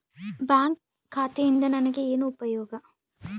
Bank ಖಾತೆಯಿಂದ ನನಗೆ ಏನು ಉಪಯೋಗ?